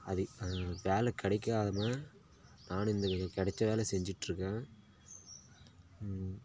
அது வேலை கிடைக்காம நான் இந்த கிடைச்ச வேலை செஞ்சிகிட்ருக்கேன்